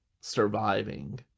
surviving